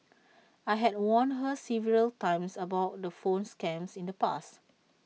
I had warned her several times about the phone scams in the past